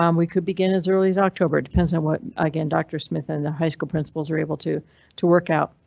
um we could begin as early as october. it depends on what. again, dr smith and the high school principals were able to to work out.